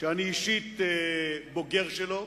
שאני אישית בוגר שלו,